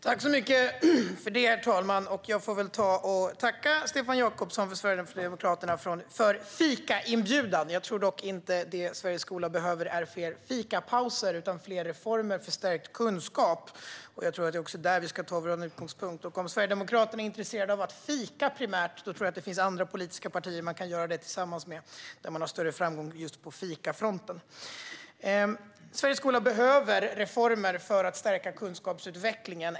Herr talman! Jag får väl ta och tacka Stefan Jakobsson och Sverigedemokraterna för fikainbjudan. Jag tror dock inte att det Sveriges skolor behöver är fler fikapauser, utan jag tror att det som behövs är fler reformer för stärkt kunskap. Jag tror att det är där vi ska ta vår utgångspunkt. Om Sverigedemokraterna primärt är intresserade av att fika tror jag att det finns andra politiska partier man kan göra det tillsammans med och där man har större framgång just på fikafronten. Den svenska skolan behöver reformer för att stärka kunskapsutvecklingen.